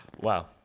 wow